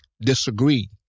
disagree